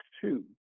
two